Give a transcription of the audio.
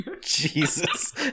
Jesus